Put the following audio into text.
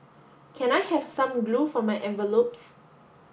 can I have some glue for my envelopes